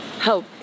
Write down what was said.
help